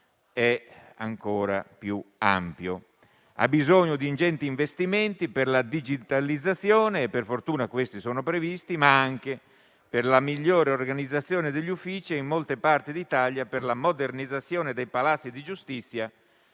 ancora più ampi. Ha bisogno di ingenti investimenti per la digitalizzazione (per fortuna questi sono previsti), ma anche per la migliore organizzazione degli uffici e, in molte parti d'Italia, per la modernizzazione dei palazzi di giustizia